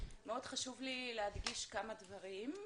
מאוד חשוב לי להדגיש כמה דברים.